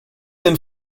den